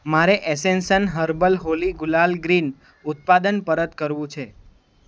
મારે એસેન્સન herbal Holi gulal green ઉત્પાદન પરત કરવું છે